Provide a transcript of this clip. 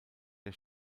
der